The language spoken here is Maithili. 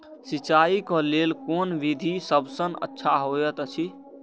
सिंचाई क लेल कोन विधि सबसँ अच्छा होयत अछि?